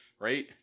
Right